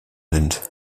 sind